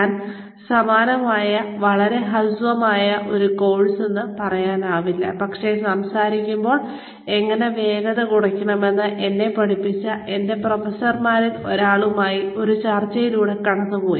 ഞാൻ സമാനമായ വളരെ ഹ്രസ്വമായ ഒരു കോഴ്സെന്ന് പറയാനാവില്ല പക്ഷേ സംസാരിക്കുമ്പോൾ എങ്ങനെ വേഗത കുറയ്ക്കണമെന്ന് എന്നെ പഠിപ്പിച്ച എന്റെ പ്രൊഫസർമാരിൽ ഒരാളുമായി ഒരു ചർച്ചയിലൂടെ കടന്നുപോയി